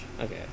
Okay